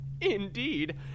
Indeed